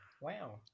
Wow